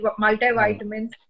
multivitamins